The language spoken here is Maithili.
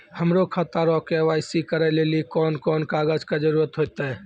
हमरो खाता रो के.वाई.सी करै लेली कोन कोन कागज के जरुरत होतै?